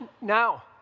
Now